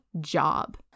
job